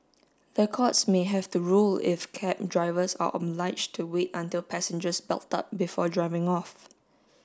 the courts may have to rule if cab drivers are obliged to wait until passengers belt up before driving off